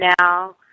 now